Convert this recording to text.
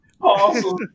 Awesome